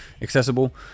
accessible